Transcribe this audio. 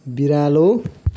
बिरालो